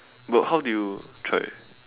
but how do you try